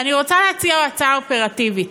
אני רוצה להציע הצעה אופרטיבית.